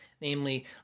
Namely